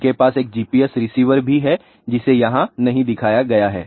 उनके पास एक GPS रिसीवर भी है जिसे यहां नहीं दिखाया गया है